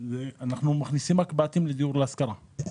אנחנו מכניסים מקב"תים לדיור להשכרה.